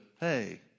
hey